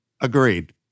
Agreed